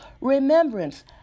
remembrance